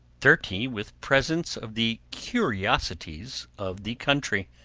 thirty with presents of the curiosities of the country,